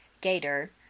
Gator